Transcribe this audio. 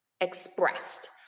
expressed